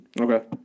Okay